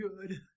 good